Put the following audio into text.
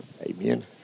Amen